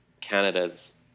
Canada's